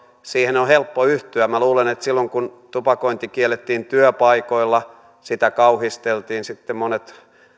siihen on on helppo yhtyä minä luulen että silloin kun tupakointi kiellettiin työpaikoilla sitä kauhisteltiin ja sitten monet